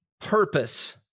purpose